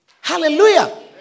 Hallelujah